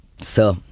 Sir